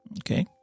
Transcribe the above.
Okay